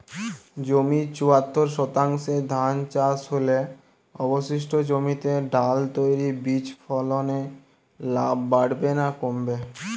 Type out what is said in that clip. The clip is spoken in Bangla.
জমির চুয়াত্তর শতাংশে ধান চাষ হলে অবশিষ্ট জমিতে ডাল তৈল বীজ ফলনে লাভ বাড়বে না কমবে?